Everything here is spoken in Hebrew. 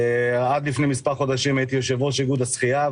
עד לפני מספר חודשים הייתי יושב-ראש איגוד השחייה,